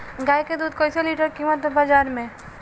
गाय के दूध कइसे लीटर कीमत बा बाज़ार मे?